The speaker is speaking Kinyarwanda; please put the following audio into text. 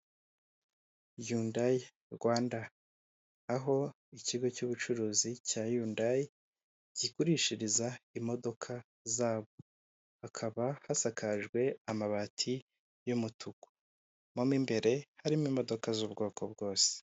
Yundaya Rwanda, aho ikigo cy'ubucuruzi cya Yundayi gigurishiriza imodoka zabo, hakaba hasakajwe amabati y'umutuku mo imbere harimo imodoka z'ubwoko bwose.